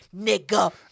nigga